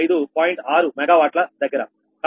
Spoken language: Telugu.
6 మెగావాట్ల దగ్గర